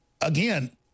again